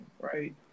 right